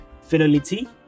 Fidelity